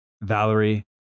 Valerie